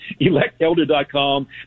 electelder.com